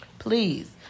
please